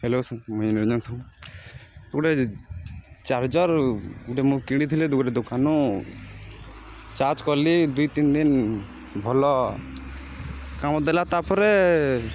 hello sir ମୁଇଁ ନିରଞ୍ଜନ ସାହୁ ଗୁଟେ charger ଗୁଟେ ମୁଇଁ କିଣିଥିଲି ଗୁଟେ ଦୁକାନୁ ଚାର୍ଜ୍ କଲି ଦୁଇ ତିନ୍ ଦିନ୍ ଭଲ କାମ ଦେଲା ତା'ପରେ